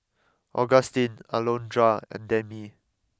Augustin Alondra and Demi